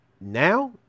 now